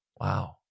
Wow